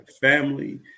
family